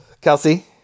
kelsey